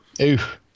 Oof